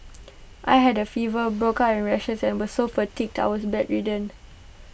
I had A fever broke out in rashes and was so fatigued I was bedridden